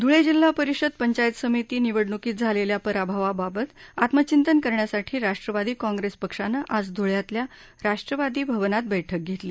धुळे जिल्हा परिषद पंचायत समिती निवडणुकीत झालेल्या पराभवाबाबत आत्मधिंतन करण्यासाठी राष्ट्रवादी काँप्रेस पक्षानं आज धुळ्यातल्या राष्ट्रवादी भवनात बैठक घेतली